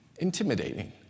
intimidating